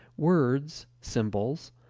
words, symbols,